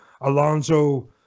Alonso